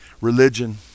religion